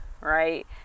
right